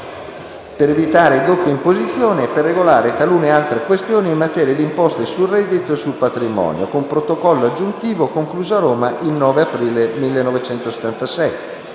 per evitare le doppie imposizioni e per regolare talune altre questioni in materia di imposte sul reddito e sul patrimonio, con Protocollo aggiuntivo, conclusa a Roma il 9 marzo 1976,